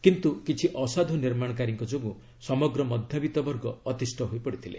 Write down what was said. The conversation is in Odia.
କିନ୍ତୁ କିଛି ଅସାଧୁ ନିର୍ମାଣକାରୀଙ୍କ ଯୋଗୁଁ ସମଗ୍ର ମଧ୍ୟବିଭବର୍ଗ ଅତିଷ୍ଠ ହୋଇପଡ଼ିଥିଲେ